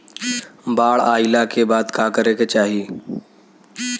बाढ़ आइला के बाद का करे के चाही?